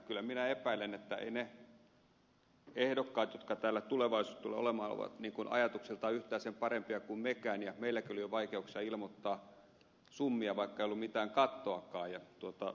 kyllä minä epäilen että eivät ne ehdokkaat jotka täällä tulevaisuudessa tulevat olemaan ole ajatuksiltaan yhtään sen parempia kuin mekään ja meilläkin oli jo vaikeuksia ilmoittaa summia vaikka ei ollut mitään kattoakaan